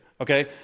Okay